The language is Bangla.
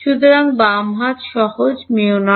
সুতরাং বাম হাত সহজ μ0H